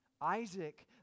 Isaac